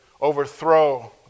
overthrow